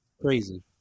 Crazy